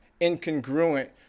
Incongruent